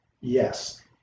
Yes